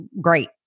great